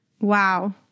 Wow